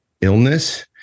illness